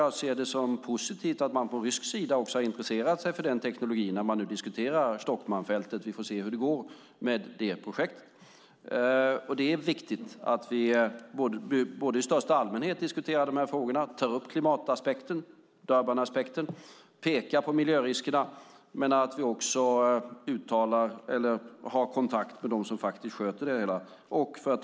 Jag ser det som positivt att man också från rysk sida intresserat sig för den teknologin när man nu diskuterar Stockmanfältet. Vi får se hur det går med det projektet. Det är viktigt att vi i största allmänhet diskuterar de här frågorna, tar upp klimataspekten, Durbanaspekten, pekar på miljöriskerna och också har kontakt med dem som sköter det hela.